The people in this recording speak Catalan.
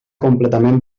completament